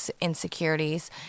insecurities